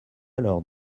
alors